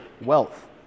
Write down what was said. wealth